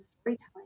storytelling